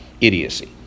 idiocy